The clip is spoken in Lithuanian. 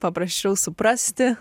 paprasčiau suprasti